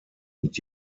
mit